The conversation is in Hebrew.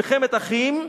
מלחמת אחים,